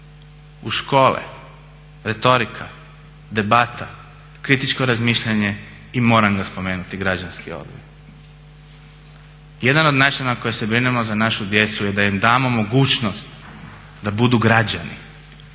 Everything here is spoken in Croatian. u škole, retorika, debata, kritičko razmišljanje i moram ga spomenuti građanski odgoj. Jedan od načina na koji se brinemo za našu djecu je da im damo mogućnost da budu građani,